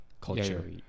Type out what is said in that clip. culture